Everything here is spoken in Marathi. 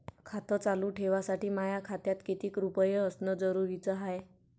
खातं चालू ठेवासाठी माया खात्यात कितीक रुपये असनं जरुरीच हाय?